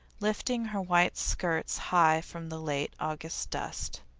lifting her white skirts high from the late august dust.